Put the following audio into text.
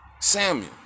Samuel